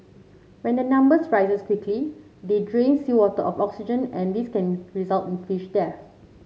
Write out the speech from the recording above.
when their numbers rises quickly they drain seawater of oxygen and this can result in fish death